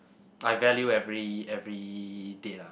I value every every date ah